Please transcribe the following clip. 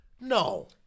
No